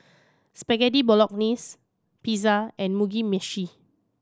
Spaghetti Bolognese Pizza and Mugi Meshi